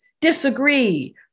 disagree